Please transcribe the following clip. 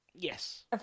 Yes